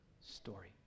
story